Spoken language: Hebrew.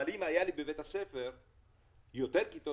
אבל אם היו לי בבית הספר יותר כיתות